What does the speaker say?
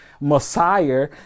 Messiah